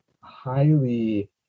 highly